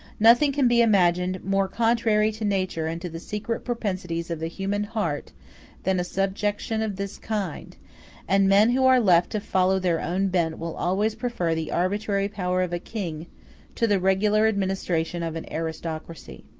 nothing can be imagined more contrary to nature and to the secret propensities of the human heart than a subjection of this kind and men who are left to follow their own bent will always prefer the arbitrary power of a king to the regular administration of an aristocracy.